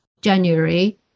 January